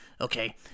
Okay